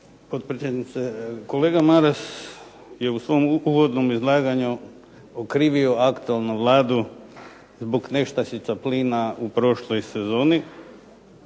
potpredsjednice. Kolega Maras je u svom uvodnom izlaganju okrivio aktualnu Vladu zbog nestašica plina u prošloj sezoni.